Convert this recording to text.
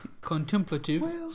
contemplative